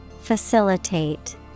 Facilitate